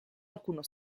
alcuno